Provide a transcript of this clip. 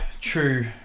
true